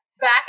Back